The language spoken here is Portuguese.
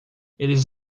eles